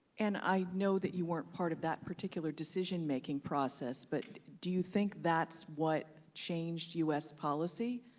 anne, i know that you weren't part of that particular decision making process, but do you think that's what changed u s. policy?